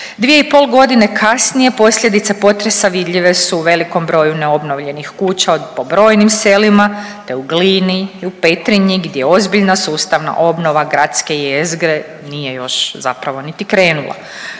RH. 2 i pol godine kasnije posljedice potresa vidljive su u velikom broju neobnovljenih kuća po brojnim selima, te u Glini i u Petrinji gdje ozbiljna sustavna obnova gradske jezgre nije još zapravo niti krenula.